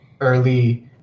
early –